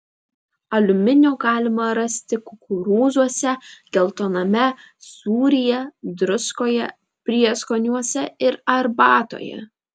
aliuminio galima rasti kukurūzuose geltoname sūryje druskoje prieskoniuose ir arbatoje